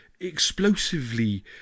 explosively